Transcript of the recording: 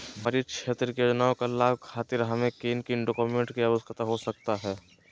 सामाजिक क्षेत्र की योजनाओं के लाभ खातिर हमें किन किन डॉक्यूमेंट की आवश्यकता हो सकता है?